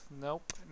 nope